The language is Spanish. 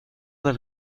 del